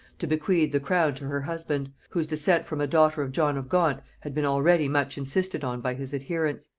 to bequeath the crown to her husband, whose descent from a daughter of john of gaunt had been already much insisted on by his adherents.